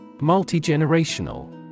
Multi-generational